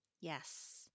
Yes